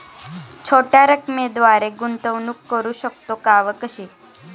छोट्या रकमेद्वारे गुंतवणूक करू शकतो का व कशी?